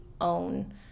own